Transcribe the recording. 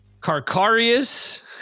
Carcarius